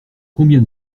combien